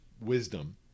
wisdom